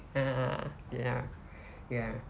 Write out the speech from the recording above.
ah ya ya